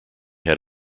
had